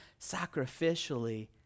sacrificially